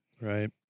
right